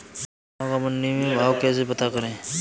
फसलों का मंडी भाव कैसे पता करें?